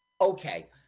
okay